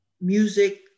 music